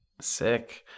sick